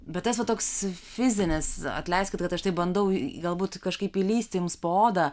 bet tas va toks fizinis atleiskit kad aš taip bandau į galbūt kažkaip įlįsti jums po oda